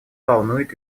волнует